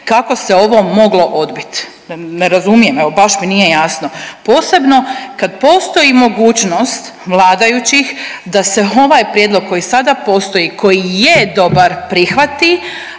kako se ovo moglo odbit ne razumijem, evo baš mi nije jasno, posebno kad posebno kad postoji mogućnost vladajućih da se ovaj prijedlog koji sada postoji koji je dobar prihvati,